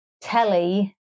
telly